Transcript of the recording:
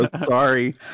Sorry